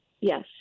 Yes